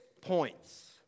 points